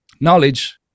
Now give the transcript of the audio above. knowledge